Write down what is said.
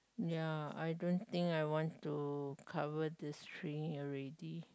ya I don't think I want to cover these three already